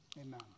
Amen